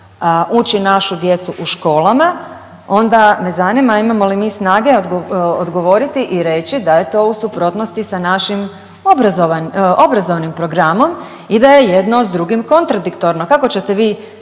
uči našu djecu u školama onda me zanima imamo li mi snage odgovoriti i reći da je to u suprotnosti sa našim obrazovnim programom i da je jedno s drugim kontradiktorno? Kako ćete vi